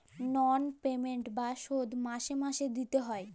লল পেমেল্ট বা শধ মাসে মাসে দিইতে হ্যয়